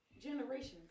generations